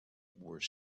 were